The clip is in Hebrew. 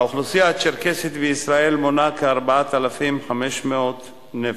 האוכלוסייה הצ'רקסית בישראל מונה כ-4,500 נפש.